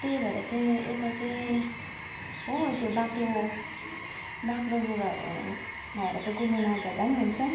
त्यही भएर चाहिँ यता चाहिँ हो त्यो बाक्लो बाक्लो लुगाहरू लगाएर त कुद्नु नजाँदा पनि हुन्छ